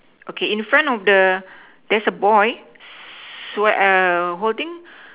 okay in front of the there's a boy swea~ err holding